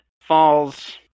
falls